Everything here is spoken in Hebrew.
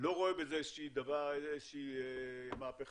לא רואה בזה איזה שהיא מהפכה,